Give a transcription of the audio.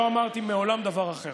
לא אמרתי מעולם דבר אחר.